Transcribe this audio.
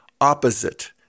opposite